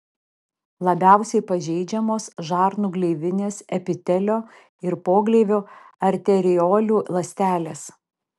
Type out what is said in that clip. labiausiai pažeidžiamos žarnų gleivinės epitelio ir pogleivio arteriolių ląstelės